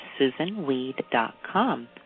susanweed.com